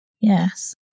Yes